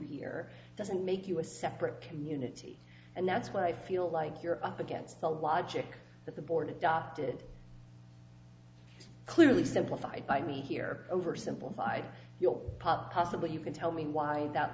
here doesn't make you a separate community and that's why i feel like you're up against the logic that the board adopted clearly simplified by me here over simplified you'll possibly you can tell me why that